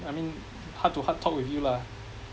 I mean heart to heart talk with you lah